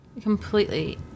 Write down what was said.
Completely